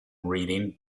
reading